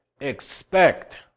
expect